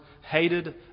hated